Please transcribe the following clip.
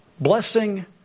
Blessing